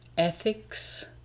Ethics